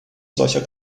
solcher